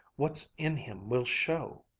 what's in him will show!